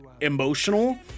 emotional